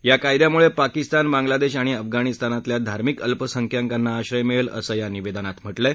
या कायद्यामुळे पाकिस्तान बांग्लादेश आणि अफगाणीस्तानातल्या धार्मिक अल्पसंख्यकांना आश्रय मिळेल असं या निवेदनात म्हटलं आहे